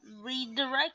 Redirect